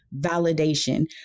validation